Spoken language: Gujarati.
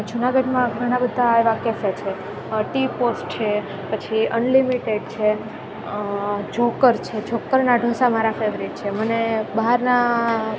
જુનાગઢમાં ઘણા બધા એવા કેફે છે ટી પોસ્ટ છે પછી અનલિમિટેડ છે જોકર છે જોકરના ઢોંસા મારા ફેવરેટ છે મને બહારના